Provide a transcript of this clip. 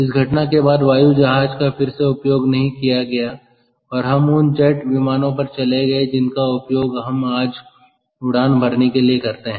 इस घटना के बाद वायु जहाज का फिर से उपयोग नहीं किया गया और हम उन जेट विमानों पर चले गए जिनका उपयोग हम आज उड़ान भरने के लिए करते हैं